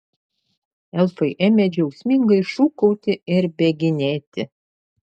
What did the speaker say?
elfai ėmė džiaugsmingai šūkauti ir bėginėti